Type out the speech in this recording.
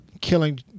killing